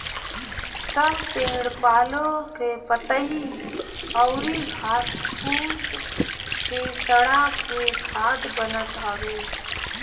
सब पेड़ पालो के पतइ अउरी घास फूस के सड़ा के खाद बनत हवे